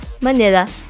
Manila